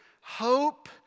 Hope